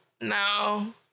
No